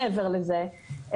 מעבר לזה,